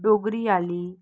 डोगरी आली